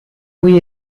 cui